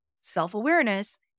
self-awareness